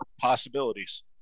possibilities